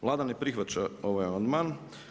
Vlada ne prihvaća ovaj amandman.